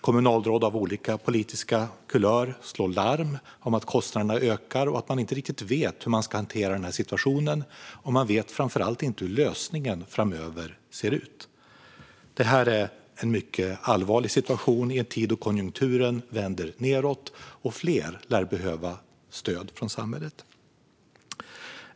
Kommunalråd av olika politisk kulör slår larm om att kostnaderna ökar och att de inte riktigt vet hur de ska hantera denna situation. Framför allt vet de inte hur lösningen framöver ser ut. Detta är en mycket allvarlig situation i en tid då konjunkturen vänder nedåt och fler lär behöva stöd från samhället.